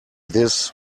this